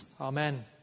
Amen